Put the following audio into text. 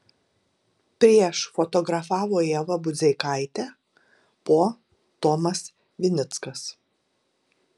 prieš fotografavo ieva budzeikaitė po tomas vinickas